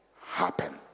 happen